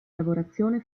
lavorazione